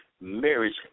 marriage